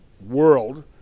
world